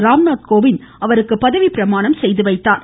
ராம்நாத் கோவிந்த் அவருக்கு பதவிப்பிரமாணம் செய்து வைத்தார்